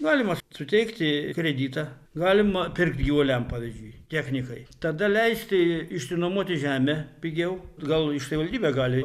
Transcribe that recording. galima suteikti kreditą galima pirkt gyvuliam pavyzdžiui technikai tada leisti išsinuomoti žemę pigiau gal iš savivaldybė gali